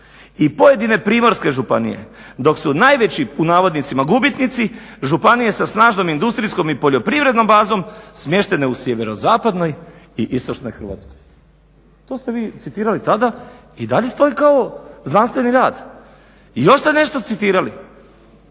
i pojedine primorske županije, dok su najveći "gubitnici" županije sa snažnom industrijskom i poljoprivrednom bazom smještene u SZ i Istočnoj Hrvatskoj. To ste vi citirali tada, i dalje stoji kao znanstveni rad. I još ste nešto naveli,